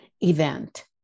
event